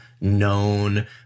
known